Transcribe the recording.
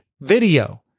video